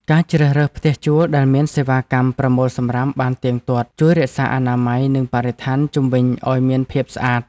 ការជ្រើសរើសផ្ទះជួលដែលមានសេវាកម្មប្រមូលសំរាមបានទៀងទាត់ជួយរក្សាអនាម័យនិងបរិស្ថានជុំវិញឱ្យមានភាពស្អាត។